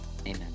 amen